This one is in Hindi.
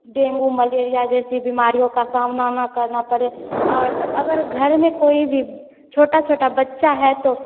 डेंगू मलेरिया जैसी बीमारियों का सामना न करना पड़े और अगर घर में कोई भी छोटा छोटा बच्चा है तो